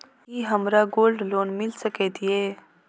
की हमरा gold loan मिल सकैत ये?